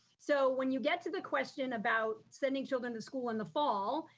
so when you get to the question about, sending children to school in the fall,